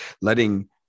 letting